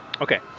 Okay